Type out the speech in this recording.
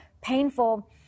painful